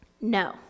no